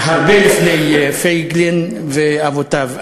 הרבה לפני פייגלין ואבותיו.